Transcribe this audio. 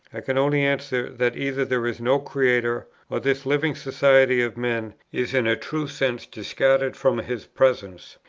i can only answer, that either there is no creator, or this living society of men is in a true sense discarded from his presence.